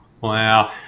wow